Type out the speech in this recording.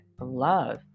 love